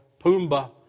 Pumbaa